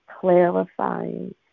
clarifying